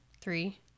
Three